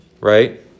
right